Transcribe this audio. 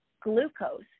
glucose